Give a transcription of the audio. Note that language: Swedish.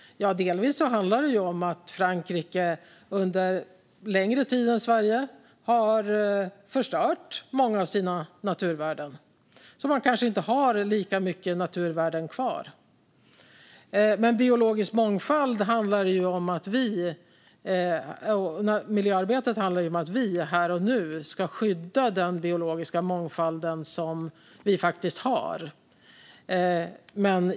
Ja, delvis handlar det om att Frankrike under längre tid än Sverige har förstört många av sina naturvärden. Man har kanske inte lika många naturvärden kvar. Miljöarbetet handlar om att vi här och nu ska skydda den biologiska mångfald som vi faktiskt har.